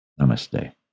Namaste